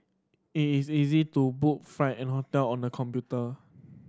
it is easy to book flight and hotel on the computer